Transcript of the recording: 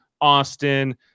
Austin